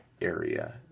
area